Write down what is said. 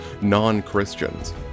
non-Christians